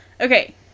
Okay